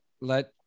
let